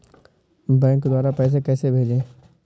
Bank द्वारा पैसे कैसे भेजें?